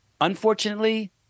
unfortunately